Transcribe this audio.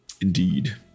Indeed